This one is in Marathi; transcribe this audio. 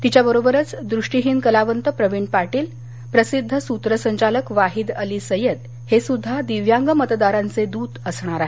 तिच्याबरोबरच दृष्टिहीन कलावंत प्रवीण पाटील प्रसिध्द सूत्रसंचालक वाहिद अली सय्यद हे सुध्दा दिव्यांग मतदारांचे दूत असणार आहेत